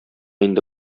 инде